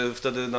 wtedy